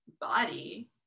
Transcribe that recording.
body